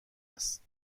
است